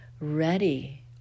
ready